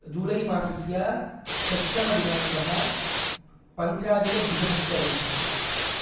जूलै मासस्य षष्ठमदिनाङ्कः पञ्चाधिकद्विसहस्रवर्षम्